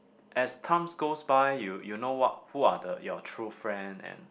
as time goes by you you know what who are the your true friend and